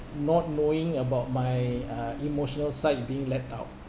not knowing about my uh emotional side being let out